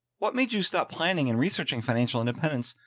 what made you stop planning and researching financial independence.